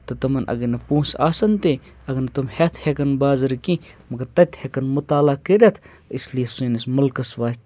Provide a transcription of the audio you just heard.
تِمَن اگر نہٕ پونٛسہٕ آسَن تہِ اگر نہٕ تِم ہٮ۪تھ ہٮ۪کَن بازَر کینٛہہ مگر تَتہِ ہٮ۪کَن مُطالعہ کٔرِتھ اِس لیے سٲنِس مُلکَس واتہِ